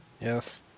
Yes